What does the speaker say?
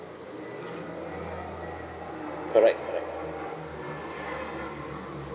correct correct